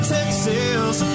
Texas